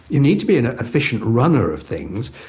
you need to be an an efficient runner of things,